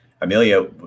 Amelia